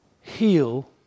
heal